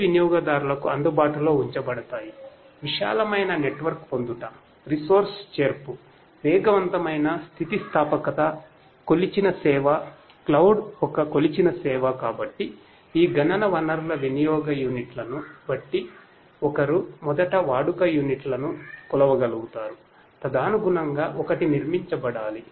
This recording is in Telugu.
ఈ విభిన్న క్లౌడ్ ఒక కొలిచిన సేవ కాబట్టి ఈ గణన వనరుల వినియోగ యూనిట్లను బట్టి ఒకరు మొదట వాడుక యూనిట్లను కొలవగలుగుతారు తదనుగుణంగా ఒకటి నిర్మించబడాలి